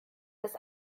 das